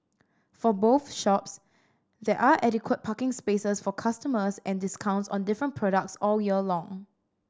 for both shops there are adequate parking spaces for customers and discounts on different products all year long